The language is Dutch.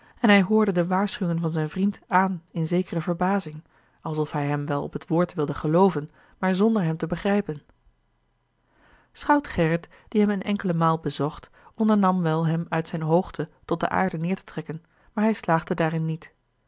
en hij hoorde de a l g bosboom-toussaint de delftsche wonderdokter eel waarschuwingen van zijn vriend aan in zekere verbazing alsof hij hem wel op het woord wilde gelooven maar zonder hem te begrijpen schout gerrit die hem eene enkele maal bezocht ondernam wel hem uit zijne hoogte tot de aarde neêr te trekken maar hij slaagde daarin niet